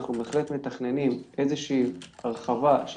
אנחנו בהחלט מתכננים איזושהי הרחבה של